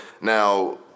Now